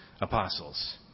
apostles